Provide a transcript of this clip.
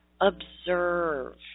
observe